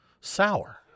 sour